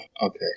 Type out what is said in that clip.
okay